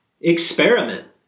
Experiment